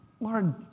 Lord